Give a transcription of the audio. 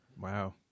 Wow